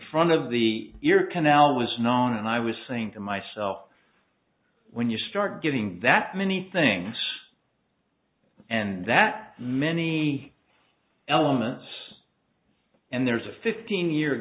front of the ear canal was not and i was saying to myself when you start getting that many things and that many elements and there's a fifteen year